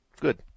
Good